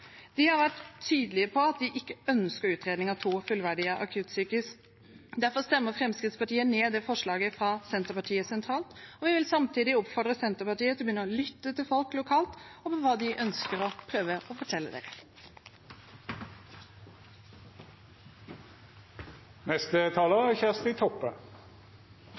De har vært tydelige på at de ikke ønsker en utredning av to fullverdige akuttsykehus. Derfor stemmer Fremskrittspartiet ned forslaget fra Senterpartiet sentralt, og vi vil samtidig oppfordre Senterpartiet til å begynne å lytte til folk lokalt, til hva de ønsker å fortelle dem. Det er